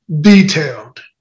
detailed